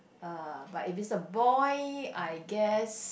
uh but if it's a boy I guess